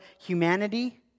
humanity